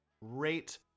rate